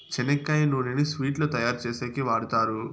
చెనక్కాయ నూనెను స్వీట్లు తయారు చేసేకి వాడుతారు